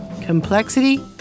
Complexity